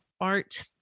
art